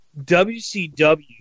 WCW